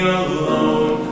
alone